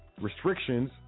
Restrictions